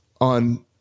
on